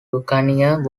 buccaneer